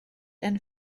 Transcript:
and